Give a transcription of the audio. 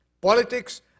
politics